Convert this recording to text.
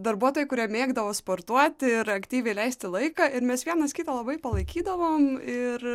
darbuotojai kurie mėgdavo sportuoti ir aktyviai leisti laiką ir mes vienas kitą labai palaikydavom ir